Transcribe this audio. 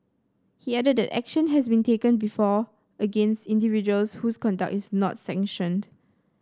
he added that action has been taken before against individuals whose conduct is not sanctioned